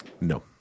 No